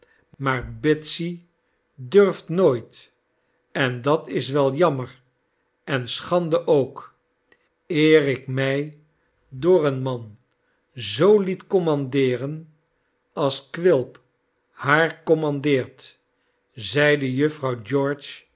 maar betsy durft nooit en dat is wel jammer en schande ook eer ik mij door een man zoo liet commandeeren als quilp haar commandeert zeide jufvrouw